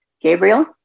Gabriel